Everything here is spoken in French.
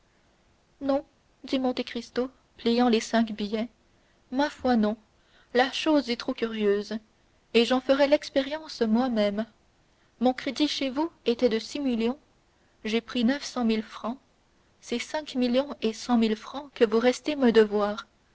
non dit monte cristo pliant les cinq billets ma foi non la chose est trop curieuse et j'en ferai l'expérience moi-même mon crédit chez vous était de six millions j'ai pris neuf cent mille francs c'est cinq millions cent mille francs que vous restez me devoir